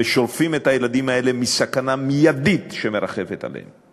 ושולפים את הילדים האלה מסכנה מיידית שמרחפת מעליהם,